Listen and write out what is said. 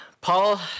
Paul